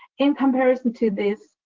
in comparison to this,